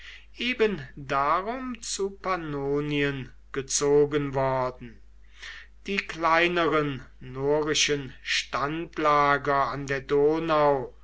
eben darum zu pannonien gezogen worden die kleineren norischen standlager an der donau